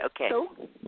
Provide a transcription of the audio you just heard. okay